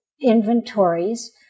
inventories